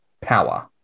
power